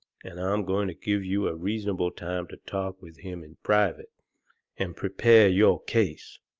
and i'm goin' to give you a reasonable time to talk with him in private and prepare your case.